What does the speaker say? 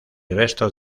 restos